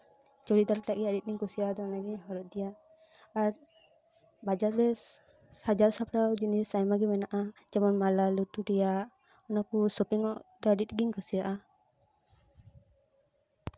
ᱚᱱᱟ ᱪᱩᱲᱤᱫᱟᱨ ᱴᱟᱜ ᱜᱮ ᱟᱹᱰᱤ ᱟᱸᱴ ᱤᱧ ᱠᱩᱥᱤᱭᱟᱜᱼᱟ ᱚᱱᱟᱛᱮ ᱚᱱᱟᱜᱤᱧ ᱦᱚᱨᱚᱜ ᱤᱫᱤᱭᱟ ᱟᱨ ᱵᱟᱡᱟᱨ ᱨᱮ ᱥᱟᱡᱟᱣ ᱥᱟᱯᱲᱟᱣ ᱡᱤᱱᱤᱥ ᱟᱭᱢᱟ ᱜᱮ ᱢᱮᱱᱟᱜᱼᱟ ᱡᱮᱢᱚᱱ ᱢᱟᱞᱟ ᱞᱩᱛᱩᱨ ᱨᱮᱱᱟᱜ ᱚᱱᱟ ᱠᱚ ᱥᱚᱯᱤᱝ ᱚᱜ ᱫᱚ ᱟᱹᱰᱤ ᱟᱸᱴ ᱤᱧ ᱠᱩᱥᱤᱭᱟᱜᱼᱟ